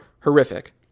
Horrific